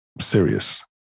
serious